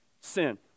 sin